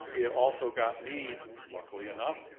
um it also got me, luckily enough,